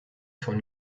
von